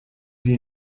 sie